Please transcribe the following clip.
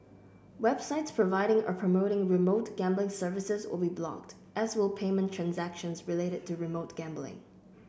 websites providing or promoting remote gambling services will be blocked as will payment transactions related to remote gambling